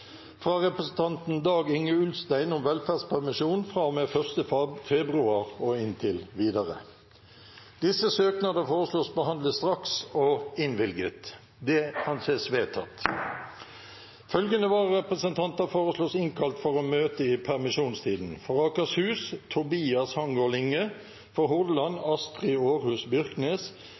fra representanten Dag-Inge Ulstein om velferdspermisjon fra og med 1. februar og inntil videre Etter forslag fra presidenten ble enstemmig besluttet: Søknadene behandles straks og innvilges. Følgende vararepresentanter innkalles for å møte i permisjonstiden: For Akershus: Tobias Hangaard Linge For Hordaland: Astrid Aarhus Byrknes